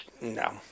No